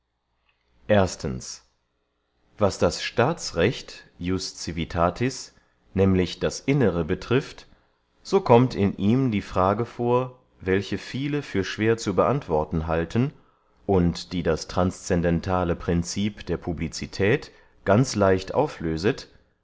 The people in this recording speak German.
was das staatsrecht ius ciuitatis nämlich das innere betrifft so kommt in ihm die frage vor welche viele für schwer zu beantworten halten und die das transscendentale princip der publicität ganz leicht auflöset